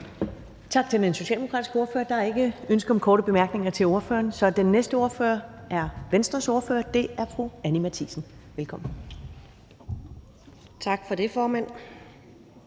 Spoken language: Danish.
Tak til den socialdemokratiske ordfører. Der er ikke ønsker om korte bemærkninger til ordføreren, så den næste ordfører er fru Anni Matthiesen fra Venstre. Kl. 10:03 (Ordfører) Anni Matthiesen (V): Tak for det, formand.